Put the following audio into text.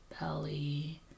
belly